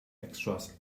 extras